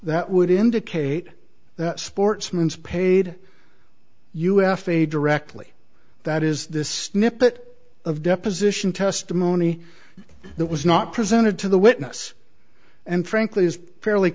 that would indicate that sportsman's paid u f a directly that is this snippet of deposition testimony that was not presented to the witness and frankly is fairly